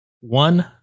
One